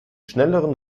schnelleren